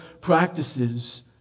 practices